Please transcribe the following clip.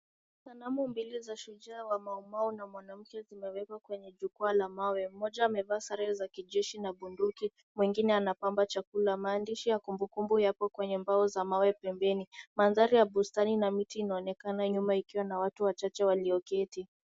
Sanamu mbili za shujaa wa Maumau na mwanamke zimewekwa kwenye jukwaa la mawe. Moja amevaa sare za kijeshi na bunduki, mwingine anapamba chakula. Maandishi ya kumbukumbu yapo kwenye mbao za mawe pembeni. Mandhari ya bustani na miti inaonekana nyuma, ikiwa na watu wachache walioketi.